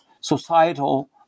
societal